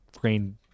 Green